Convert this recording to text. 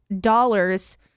dollars